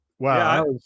Wow